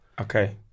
Okay